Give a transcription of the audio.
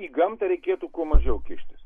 į gamtą reikėtų kuo mažiau kištis